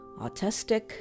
autistic